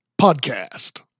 podcast